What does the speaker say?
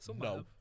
No